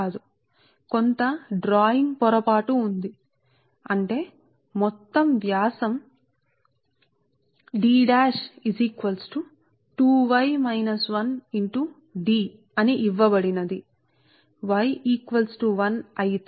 కాబట్టి కొన్ని డ్రాయింగ్ లోపం ఉంది అంటే మొత్తం వ్యాసం దానికి ఇవ్వబడిన మొత్తం వ్యాసం D is equal to is equal to 2 y minus 1 D కి సమానంఅంటే D' D